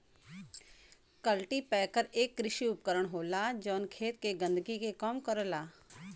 cultipacker एक कृषि उपकरण होला जौन खेत के गंदगी के कम करला